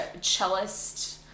cellist